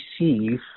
receive